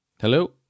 Hello